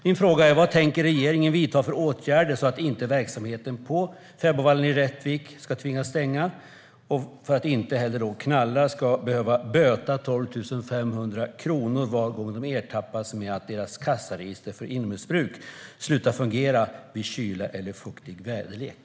Min fråga är vad regeringen tänker vidta för åtgärder så att inte verksamheten på fäbodvallen i Rättvik ska tvingas stänga och så att inte knallar ska behöva böta 12 500 kronor var gång de ertappas med att deras kassaregister för inomhusbruk slutar fungera i kyla eller fuktig väderlek.